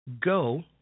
go